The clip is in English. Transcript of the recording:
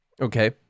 Okay